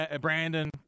Brandon